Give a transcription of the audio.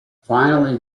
finally